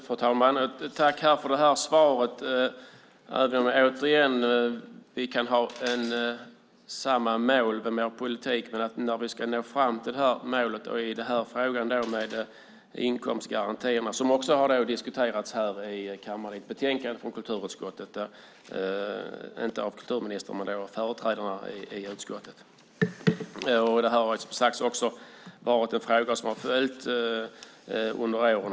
Fru talman! Jag tackar för svaret. Återigen kanske vi har samma mål med vår politik men olika sätt att nå fram till detta mål. Denna fråga om inkomstgarantier har diskuterats här i kammaren med anledning av ett betänkande från kulturutskottet. Kulturministern var inte med i debatten, men företrädarna i utskottet debatterade detta. Detta är en fråga som har följt med under åren.